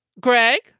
Greg